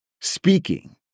speaking